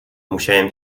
musiałem